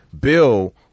Bill